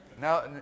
Now